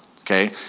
okay